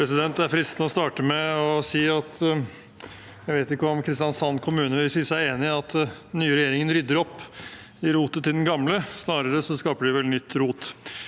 at jeg ikke vet om Kristiansand kommune vil si seg enig i at den nye regjeringen rydder opp i rotet til den gamle. Snarere skaper den vel nytt rot.